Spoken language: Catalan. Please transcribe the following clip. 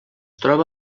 troba